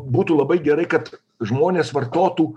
būtų labai gerai kad žmonės vartotų